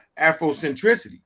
Afrocentricity